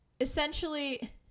essentially